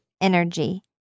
energy